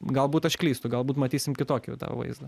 galbūt aš klystu galbūt matysim kitokį jau tą vaizdą